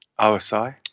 OSI